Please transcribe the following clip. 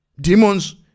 demons